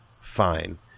Fine